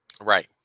Right